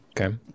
Okay